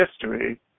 history